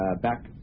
Back